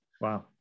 Wow